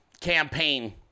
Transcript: campaign